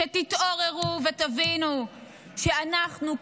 שתתעוררו ותבינו שאנחנו,